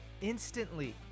Instantly